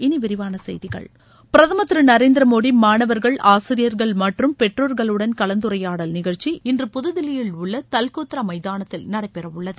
இனி விரிவான செய்திகள் பிரதமர் திரு நரேந்திர மோடி மாணவர்கள் ஆசிரியர்கள் மற்றும் பெற்றோர்களுடன் கலந்துரையாடல் நிகழ்ச்சி இன்று புதுதில்லியில் உள்ள தல்கோத்ரா மைதானத்தில் நடைபெறவுள்ளது